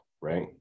right